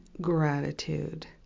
gratitude